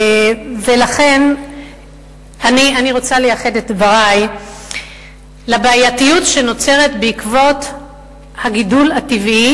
ולכן אני רוצה לייחד את דברי לבעייתיות שנוצרת בעקבות הגידול הטבעי